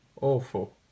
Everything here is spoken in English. Awful